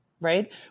right